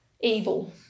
evil